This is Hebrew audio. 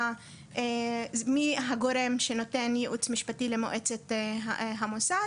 מי הגורם שנותן ייעוץ משפטי למועצת המוסד